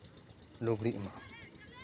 ᱞᱩᱜᱽᱲᱤᱜ ᱢᱟ